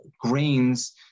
grains